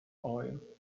oil